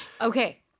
Okay